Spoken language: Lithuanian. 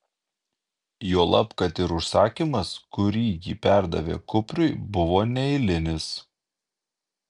juolab kad ir užsakymas kurį ji perdavė kupriui buvo neeilinis